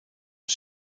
een